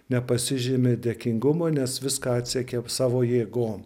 nepasižymi dėkingumu nes viską atsekė savo jėgom